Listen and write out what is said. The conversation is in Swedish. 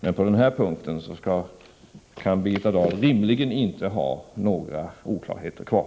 Men på den här punkten kan det, Birgitta Dahl, rimligen inte finnas några oklarheter kvar.